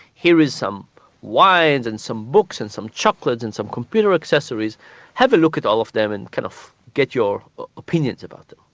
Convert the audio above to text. here is some wine, and some books, and some chocolate, and some computer accessories have a look at all of them and kind of get your opinions about them.